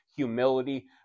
Humility